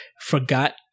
forgot